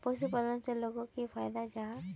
पशुपालन से लोगोक की फायदा जाहा?